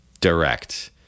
direct